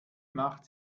macht